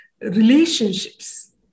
relationships